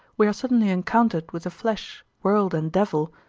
we are suddenly encountered with the flesh, world, and devil,